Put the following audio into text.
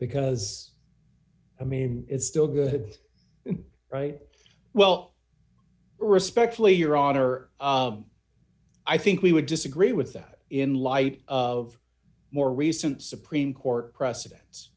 because i mean it's still good right well respectfully your honor i think we would disagree with that in light of more recent supreme court preceden